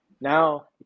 now